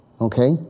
okay